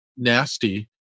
nasty